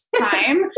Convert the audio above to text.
time